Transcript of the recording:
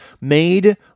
made